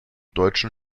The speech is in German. deutschen